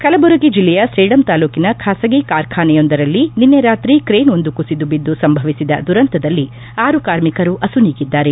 ಕಲಬುರಗಿ ಜಿಲ್ಲೆಯ ಸೇಡಂ ತಾಲೂಕಿನ ಖಾಸಗಿ ಕಾರ್ಖಾನೆಯೊಂದರಲ್ಲಿ ನಿನ್ನೆ ರಾತ್ರಿ ಕ್ರೇನ್ವೊಂದು ಕುಸಿದುಬಿದ್ದು ಸಂಭವಿಸಿದ ದುರಂತದಲ್ಲಿ ಆರು ಕಾರ್ಮಿಕರು ಅಸುನೀಗಿದ್ದಾರೆ